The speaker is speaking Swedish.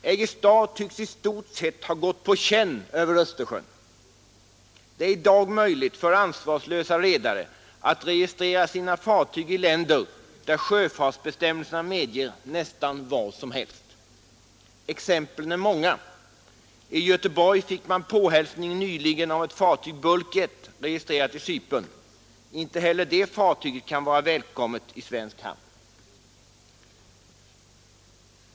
Aegis Star tycks i stort sett ha gått på känn över Östersjön. Det äri dag möjligt för ansvarslösa redare att registrera sina fartyg i länder där sjöfartsbestämmelserna medger nästan vad som helst. Exemplen är många. I Göteborg fick man påhälsning nyligen av ett fartyg, Bulk I registrerat i Cypern. Inte heller det fartyget kan väl hälsas välkommet i svensk hamn.